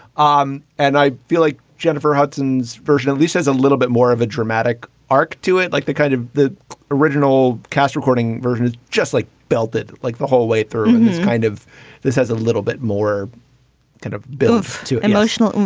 um and i feel like jennifer hudson's version at least is a little bit more of a dramatic arc to it. like the kind of the original cast recording version is just like belted like the whole way through kind of this has a little bit more kind of built too emotional.